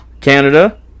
Canada